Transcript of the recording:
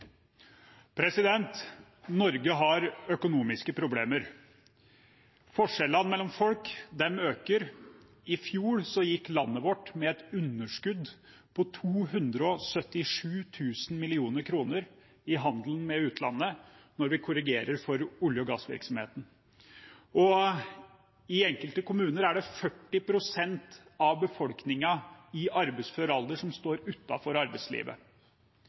Norge har økonomiske problemer. Forskjellene mellom folk øker. I fjor gikk landet vårt med et underskudd på 277 000 mill. kr i handel med utlandet når vi korrigerer for olje- og gassvirksomhet. I enkelte kommuner står 40 pst. av befolkningen i arbeidsfør alder utenfor arbeidslivet.